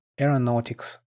aeronautics